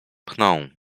pchną